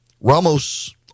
Ramos